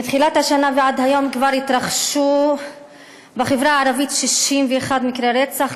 מתחילת השנה ועד היום כבר התרחשו בחברה הערבית 61 מקרי רצח,